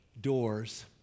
doors